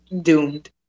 doomed